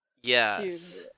Yes